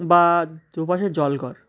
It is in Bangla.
বা দু পাশে জলঘর